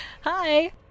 Hi